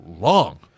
long